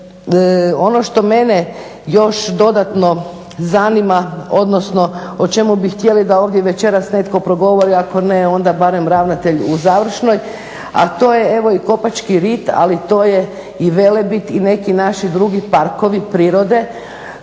Ono što mene još dodatno zanima, odnosno o čemu bih htjeli da ovdje večeras netko progovori, ako ne, onda barem ravnatelj u završnoj, a to je, evo i Kopački rit, ali to je i Velebit i neki naši drugi parkovi prirode